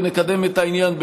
ונקדם את העניין,